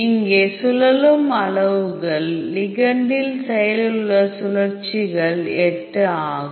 இங்கே சுழலும் அளவுகள் லிகெண்டில் செயலில் உள்ள சுழற்சிகள் 8 ஆகும்